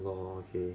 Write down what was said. oh I see